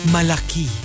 Malaki